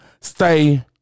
stay